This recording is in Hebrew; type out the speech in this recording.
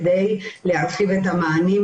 אבל זה לא טיפול בהתמכרות.